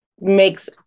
makes